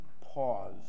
pause